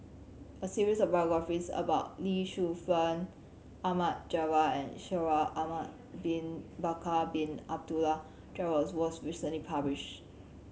a series of biographies about Lee Shu Fen Ahmad Jaafar and Shaikh Ahmad Bin Bakar Bin Abdullah Jabbar was recently publish